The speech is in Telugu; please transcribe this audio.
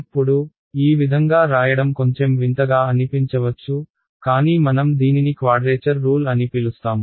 ఇప్పుడుఈ విధంగా రాయడం కొంచెం వింతగా అనిపించవచ్చు కానీ మనం దీనిని క్వాడ్రేచర్ రూల్ అని పిలుస్తాము